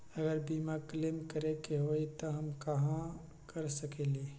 अगर बीमा क्लेम करे के होई त हम कहा कर सकेली?